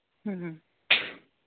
ꯎꯝ